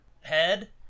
head